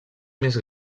més